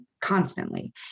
constantly